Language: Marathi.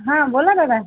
हां बोला दादा